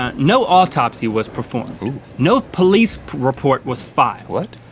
um no autopsy was performed no police report was filed. what?